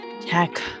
tech